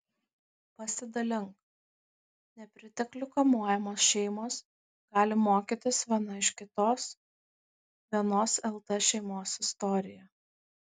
pasidalink nepriteklių kamuojamos šeimos gali mokytis viena iš kitos vienos lt šeimos istorija